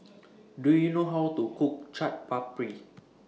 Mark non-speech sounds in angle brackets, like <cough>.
<noise> Do YOU know How to Cook Chaat Papri